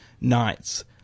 nights